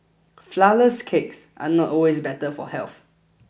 flourless cakes are not always better for health